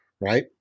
right